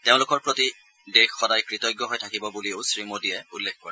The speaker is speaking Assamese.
তেওঁলোকৰ প্ৰতি দেশ সদায় কৃতজ্ঞ হৈ থাকিব বুলিও শ্ৰীমোদীয়ে উল্লেখ কৰে